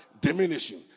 diminishing